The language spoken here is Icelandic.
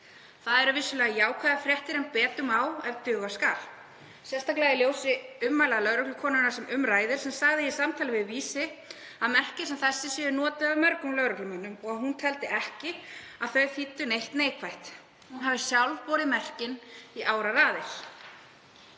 Það eru vissulega jákvæðar fréttir en betur má ef duga skal, sérstaklega í ljósi ummæla lögreglukonunnar sem um ræðir sem sagði í samtali við Vísi að merki sem þessi væru notuð af mörgum lögreglumönnum og að hún teldi ekki að þau þýddu neitt neikvætt en hún hafi sjálf borið merkin í áraraðir.